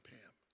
Pam